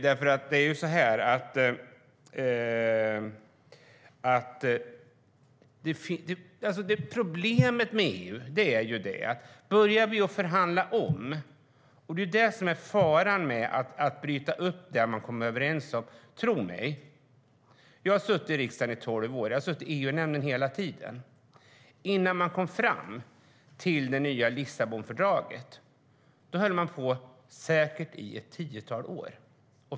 Problemet med EU är att det finns en fara att bryta upp det som man redan har kommit överens om. Tro mig! Jag har suttit i riksdagen i tolv år, och jag har suttit i EU-nämnden hela tiden. Innan man kom fram till det nya Lissabonfördraget höll man på att förhandla i säkert ett tiotal år.